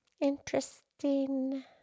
Interesting